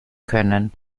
können